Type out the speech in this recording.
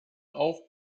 auch